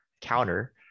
counter